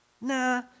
Nah